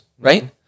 right